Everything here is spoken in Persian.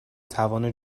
توان